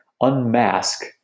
unmask